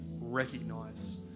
recognize